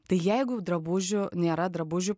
tai jeigu drabužių nėra drabužių